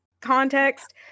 context